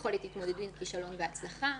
יכולת התמודדות עם כישלון והצלחה,